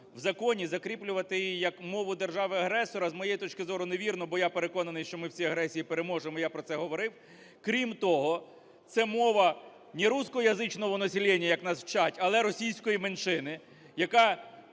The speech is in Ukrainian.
в законі закріплювати її як мову держави-агресора, з моєї точки зору, невірно, бо я переконаний, що ми всі агресії переможемо, і я про це говорив. Крім того, це мова не "руськоязичного населения", як нас вчать, але російської меншини, яка